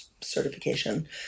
certification